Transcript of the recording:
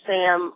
Sam